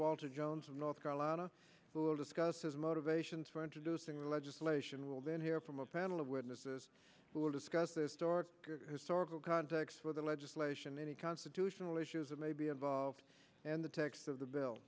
walter jones of north carolina will discuss his motivations for introducing legislation will then hear from a panel of witnesses who will discuss the story historical context with the legislation any constitutional issues that may be involved and the text of the bill